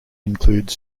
include